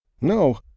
No